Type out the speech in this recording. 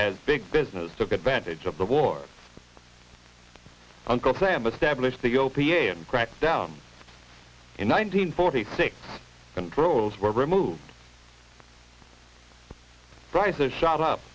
as big business took advantage of the war uncle sam established the opium crackdown in nineteen forty six controls were removed prices shot up